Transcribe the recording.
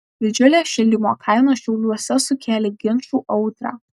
didžiulės šildymo kainos šiauliuose sukėlė ginčų audrą